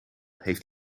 heeft